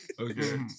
Okay